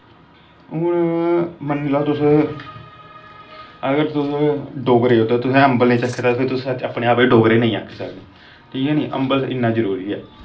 हून मन्नी लैओ तुस अगर तुस डोगरे ओ तुसैं अम्बल नी चक्खे दा ते फिर तुस अपनी आप गी डोगरे नेंई आक्खी सकने ठीक ऐ नी अम्बल इन्ना जरूरी ऐ